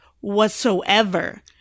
whatsoever